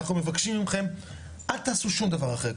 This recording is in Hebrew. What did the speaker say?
אנחנו מבקשים מכם אל תעשו שום דבר אחר,